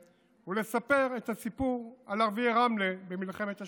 ולספר את הסיפור על ערביי רמלה במלחמת השחרור.